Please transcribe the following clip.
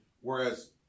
whereas